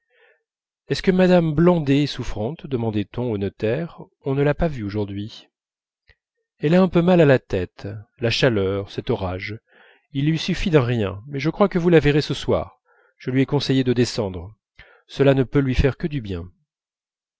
est-ce que madame blandais est souffrante demandait on au notaire on ne l'a pas vue aujourd'hui elle a un peu mal à la tête la chaleur cet orage il lui suffit d'un rien mais je crois que vous la verrez ce soir je lui ai conseillé de descendre cela ne peut lui faire que du bien